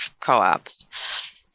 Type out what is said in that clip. co-ops